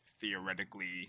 theoretically